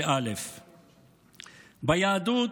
ביהדות